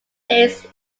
days